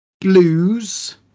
Blues